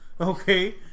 Okay